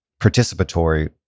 participatory